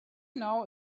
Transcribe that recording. know